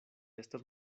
estas